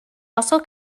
also